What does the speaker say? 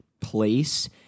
place